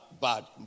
bad